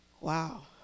Wow